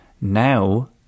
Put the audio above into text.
Now